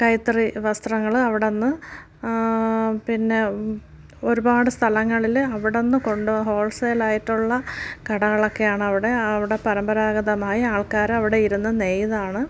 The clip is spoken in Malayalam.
കൈത്തറി വസ്ത്രങ്ങൾ അവിടെനിന്ന് പിന്നെ ഒരുപാട് സ്ഥലങ്ങളിൽ അവിടെനിന്ന് കൊണ്ട് ഹോൾസെയിൽ ആയിട്ടുള്ള കടകളൊക്കെയാണ് അവിടെ അവിടെ പരമ്പരാഗതമായി ആൾക്കാർ അവിടെ ഇരുന്ന് നെയ്താണ്